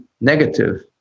negative